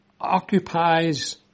occupies